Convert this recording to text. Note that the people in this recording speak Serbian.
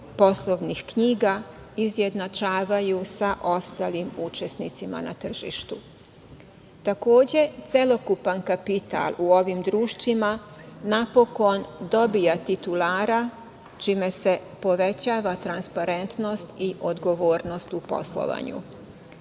poslovnih knjiga izjednačavaju sa ostalim učesnicima na tržištu. Takođe, celokupan kapital u ovim društvima napokon dobija titulara čime se povećava transparentnost i odgovornost u poslovanju.